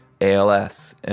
ALS